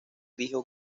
dijo